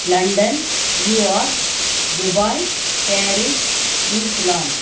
London New York Dubai Paris New Zealand